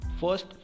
First